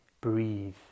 breathe